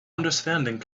understanding